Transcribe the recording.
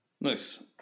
Nice